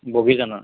বগীজানৰ